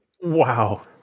Wow